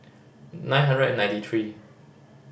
nine hundred and ninety three